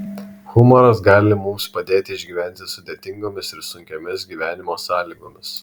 humoras gali mums padėti išgyventi sudėtingomis ir sunkiomis gyvenimo sąlygomis